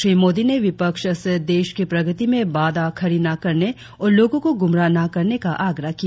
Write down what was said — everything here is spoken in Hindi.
श्री मोदी ने विपक्ष से देश की प्रगति में बाधा खड़ी न करने और लोगों को गुमराह न करने का आग्रह किया